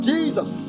Jesus